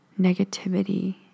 negativity